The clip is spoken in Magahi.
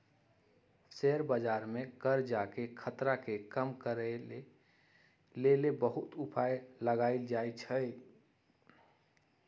शेयर बजार में करजाके खतरा के कम करए के लेल बहुते उपाय लगाएल जाएछइ